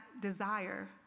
desire